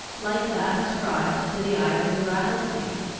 like that ascribed to the eyes of the rattlesnake,